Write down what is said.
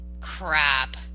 crap